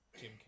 jim